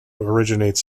originates